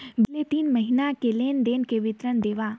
बितले तीन महीना के लेन देन के विवरण देवा?